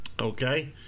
okay